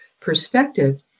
perspective